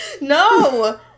No